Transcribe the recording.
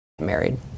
married